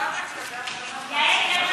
לא